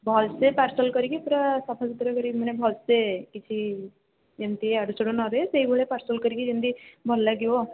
ଭଲ ସେ ପାର୍ସଲ୍ କରିକି ପୁରା ସଫାସୁତର କରିକି ମାନେ ଭଲ ସେ କିଛି ଯେମିତି ଇଆଡୁ ସିଆଡୁ ନ ଦିଏ ସେହି ଭଲିଆ ପାର୍ସଲ୍ କରିକି ଯେମିତି ଭଲ ଲାଗିବ